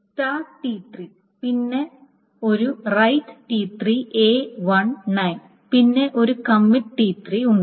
start T3 പിന്നെ ഒരു write T3 A 1 9 പിന്നെ ഒരു കമ്മിറ്റ് T3 ഉണ്ട്